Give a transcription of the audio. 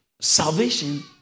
Salvation